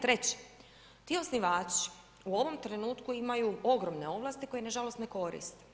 Treće, ti osnivači u ovom trenutku imaju ogromne ovlasti koje nažalost ne koristi.